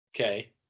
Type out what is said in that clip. Okay